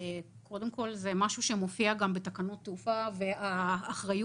קודם כול זה משהו שמופיע בתקנות תעופה והאחריות